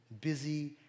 busy